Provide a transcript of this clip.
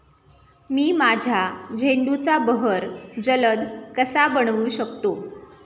मी माझ्या झेंडूचा बहर जलद कसा बनवू शकतो?